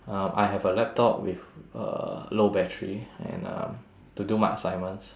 um I have a laptop with uh low battery and um to do my assignments